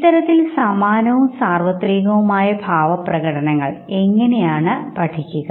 ഇത്തരത്തിൽ സമാനവും സാർവത്രികവുമായ ഭാവപ്രകടനങ്ങൾ നമ്മൾ എങ്ങനെയാണ് പഠിക്കുക